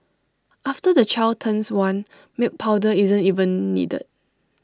after the child turns one milk powder isn't even needed